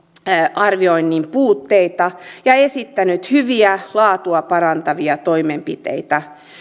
arvioinnin puutteita ja esittänyt hyviä laatua parantavia toimenpiteitä